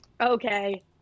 Okay